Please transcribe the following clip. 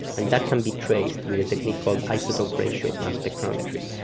and that can be traced with a technique called isotope ratio mass spectrometry.